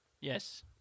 Yes